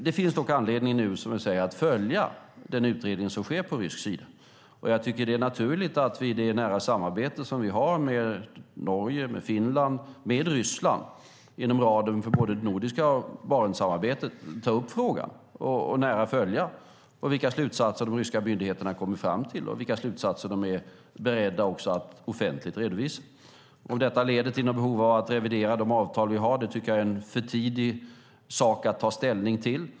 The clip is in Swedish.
Det finns dock anledning att nu följa den utredning som sker på rysk sida. Jag tycker att det är naturligt att vi i det nära samarbete som vi har med Norge, med Finland och med Ryssland inom ramen för både det nordiska samarbetet och Barentssamarbetet tar upp frågan och nära följer vilka slutsatser de ryska myndigheterna kommer fram till och vilka slutsatser de också är beredda att redovisa offentligt. Om detta leder till något behov av att revidera de avtal vi har tycker jag är en sak som det är för tidigt att ta ställning till.